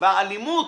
האלימות